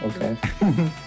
okay